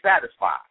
satisfied